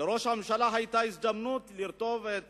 לראש הממשלה היתה הזדמנות לרתום את